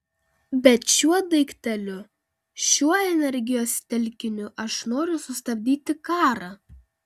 bet šiuo daikteliu šiuo energijos telkiniu aš noriu sustabdyti karą